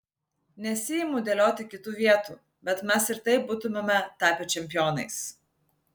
nesiimu dėlioti kitų vietų bet mes ir taip būtumėme tapę čempionais